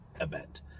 event